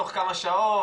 תוך כמה שעות,